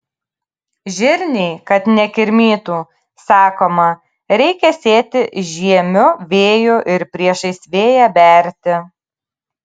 žirniai kad nekirmytų sakoma reikia sėti žiemiu vėju ir priešais vėją berti